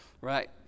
right